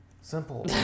Simple